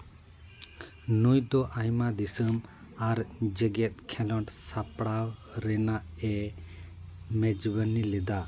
ᱱᱩᱭ ᱫᱚ ᱟᱭᱢᱟ ᱫᱤᱥᱚᱢ ᱟᱨ ᱡᱮᱜᱮᱫ ᱠᱷᱮᱞᱳᱰ ᱥᱟᱯᱲᱟᱣ ᱨᱮᱱᱟᱜᱼᱮ ᱢᱮᱡᱵᱟᱱᱤ ᱞᱮᱫᱟ